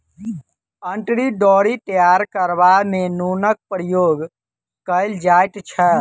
अंतरी डोरी तैयार करबा मे नूनक प्रयोग कयल जाइत छै